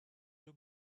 too